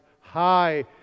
high